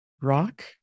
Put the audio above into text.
rock